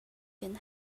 can